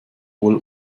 wohl